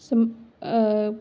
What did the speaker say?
ਸਮ